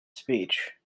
speech